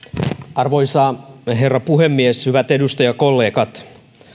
arvoisa herra puhemies hyvät edustajakollegat